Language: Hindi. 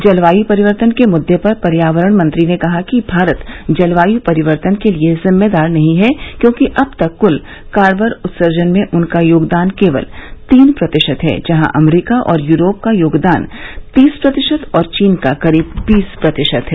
जलवायु परिवर्तन के मुद्दे पर पर्यावरण मंत्री ने कहा कि भारत जलवायु परिवर्तन के लिए जिम्मेदार नहीं है क्योंकि अब तक हुए कार्बन उत्सर्जन में उसका योगदान केवल तीन प्रतिशत है जहां अमरीका और यूरोप का योगदान तीस प्रतिशत और चीन का करीब बीस प्रतिशत है